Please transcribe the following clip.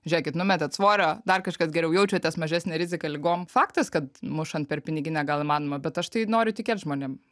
žiūrėkit numetėt svorio dar kažkas geriau jaučiatės mažesnė rizika ligom faktas kad mušant per piniginę gal įmanoma bet aš tai noriu tikėt žmonėm